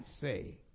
say